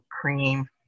cream